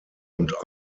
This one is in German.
und